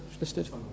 listed